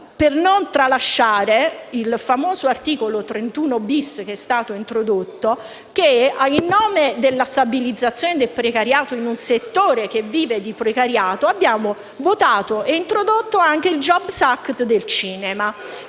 2016 Non tralasciamo poi il famoso articolo 31-bis che è stato introdotto: in nome della stabilizzazione del precariato in un settore che vive di precariato, abbiamo votato e introdotto il jobs act anche nel cinema.